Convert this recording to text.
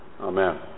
Amen